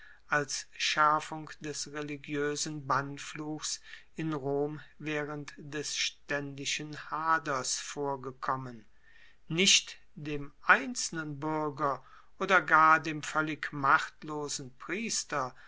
als schaerfung des religioesen bannfluchs in rom waehrend des staendischen haders vorgekommen nicht dem einzelnen buerger oder gar dem voellig machtlosen priester